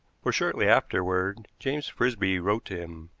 for shortly afterward james frisby wrote to him.